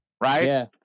Right